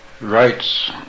Rights